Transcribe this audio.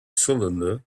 cylinder